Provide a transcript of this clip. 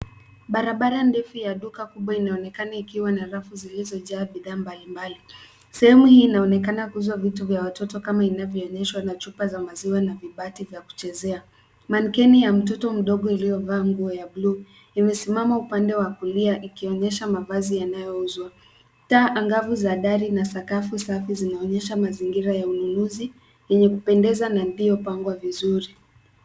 Barabara ndefu ya duka kubwa inaonekana ikiwa na rafu zilizojaa bidhaa mbalimbali. Sehemu hii inaonekana kuuzwa vitu vya watoto kama inavyoonyeshwa na chupa za maziwa na vibati vya kuchezea. Mannequin ya mtoto mdogo iliyovaa nguo ya bluu, imesimama upande wa kulia ikionyesha mavazi yanayouzwa. Taa angavu za dari na sakafu safi zinaonyesha mazingira ya ununuzi yenye kupendeza na iliyopangwa vizuri.